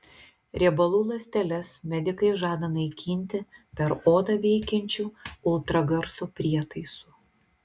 riebalų ląsteles medikai žada naikinti per odą veikiančiu ultragarso prietaisu